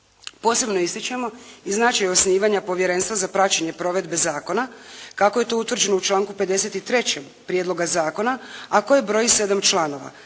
Posebno ističemo i značaj osnivanja povjerenstva za praćenje provedbe zakona kako je to utvrđeno u članku 53. prijedloga zakona, a koje broji 7 članova.